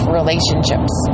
relationships